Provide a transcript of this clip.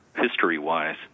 history-wise